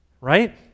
right